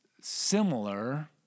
similar